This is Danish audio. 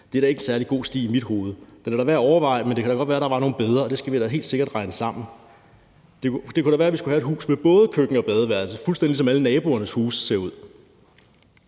Det er da ikke særlig god stil i mit hoved. Det er da værd at overveje, men det kan da godt være, at der var noget bedre, og det skal vi da helt sikkert regne sammen. Det kunne da være, at vi skulle have et hus med både køkken og badeværelse, fuldstændig som alle naboernes huse ser ud.